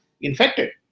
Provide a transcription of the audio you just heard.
infected